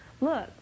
Look